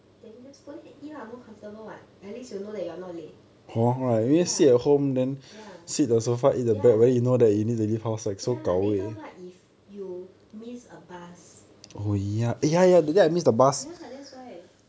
then just go there eat lah more comfortable what at least you know that you are not late ya ya ya ya later what if you miss a bus ya that's why